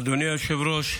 אדוני היושב-ראש,